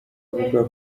avuga